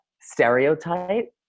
stereotype